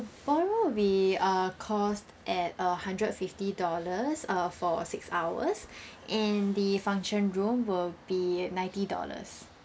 ballroom will be uh cost at uh hundred fifty dollars uh for six hours and the function room will be ninety dollars